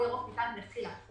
הוא ירוק מאיתנו מלכתחילה,